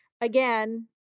Again